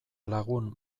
lagun